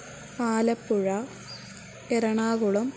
Alappuzha Ernakulam